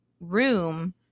room